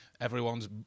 everyone's